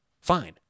Fine